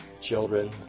children